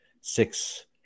six